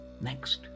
Next